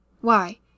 Why